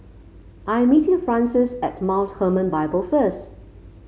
I am meeting Frances at Mount Hermon Bible first